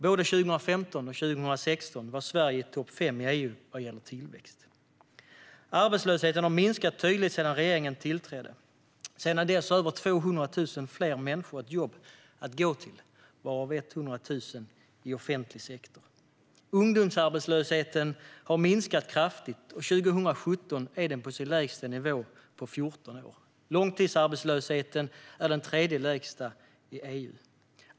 Både 2015 och 2016 var Sverige i topp fem i EU vad gäller tillväxt. Arbetslösheten har minskat tydligt sedan regeringen tillträdde. Sedan dess har över 200 000 fler människor ett jobb att gå till, varav 100 000 i offentlig sektor. Ungdomsarbetslösheten har minskat kraftigt, och 2017 är den på sin lägsta nivå på 14 år. Långtidsarbetslösheten är den tredje lägsta i EU.